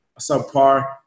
subpar